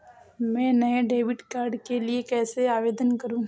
मैं नए debit card के लिए कैसे आवेदन करूं?